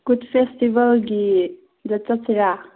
ꯀꯨꯠ ꯐꯦꯁꯇꯤꯚꯦꯜꯒꯤꯗ ꯆꯠꯁꯤꯔ